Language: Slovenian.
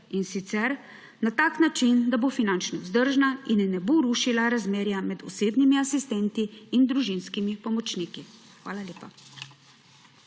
in sicer na tak način, da bo finančno vzdržna in ne bo rušila razmerja med osebnimi asistenti in družinskimi pomočniki. Hvala lepa.